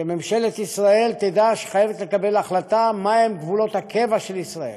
שממשלת ישראל תדע שהיא חייבת לקבל החלטה מה הם גבולות הקבע של ישראל.